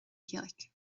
ghaeilge